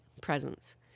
presence